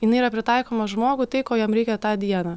jinai yra pritaikoma žmogui tai ko jam reikia tą dieną